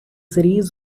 series